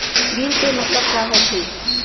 Bill के मतलब का होथे?